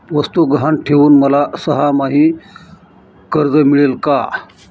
वस्तू गहाण ठेवून मला सहामाही कर्ज मिळेल का?